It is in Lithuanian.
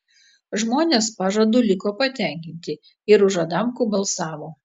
žmonės pažadu liko patenkinti ir už adamkų balsavo